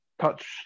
touch